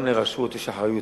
גם לרשות יש אחריות.